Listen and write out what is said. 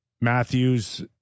Matthews